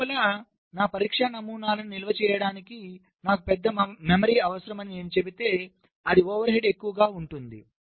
chip లోపల నా పరీక్షా నమూనాలను నిల్వ చేయడానికి నాకు పెద్ద మెమరీ అవసరమని నేను చెబితే అది ఓవర్ హెడ్ ఎక్కువగా ఉంటుంది